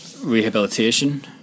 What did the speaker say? rehabilitation